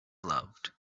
loved